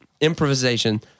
Improvisation